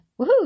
woohoo